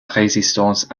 résistance